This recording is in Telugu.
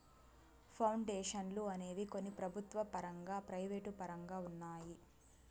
పౌండేషన్లు అనేవి కొన్ని ప్రభుత్వ పరంగా ప్రైవేటు పరంగా ఉన్నాయి